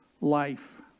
Life